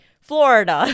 Florida